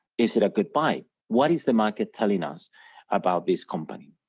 is it a good buy? what is the market telling us about this company?